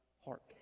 heart